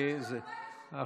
ועכשיו אתה לא דורש?